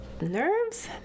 nerves